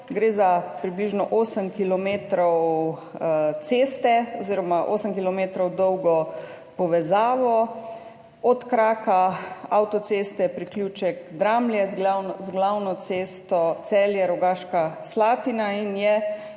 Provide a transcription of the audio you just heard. Gre za približno 8 kilometrov ceste oziroma 8 kilometrov dolgo povezavo od kraka avtoceste, priključek Dramlje z glavno cesto Celje–Rogaška Slatina in v